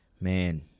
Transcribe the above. Man